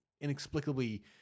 inexplicably